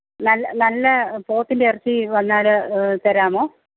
നല്ല നല്ല പോത്തിന്റെ ഇറച്ചി വന്നാൽ തരാമോ